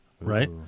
Right